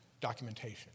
documentation